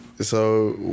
So-